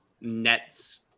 nets